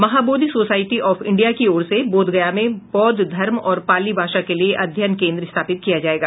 Mahabodhi society of India की ओर से बोधगया में बौद्ध धर्म और पाली भाषा के लिये अध्ययन केंद स्थापति किया जायेगा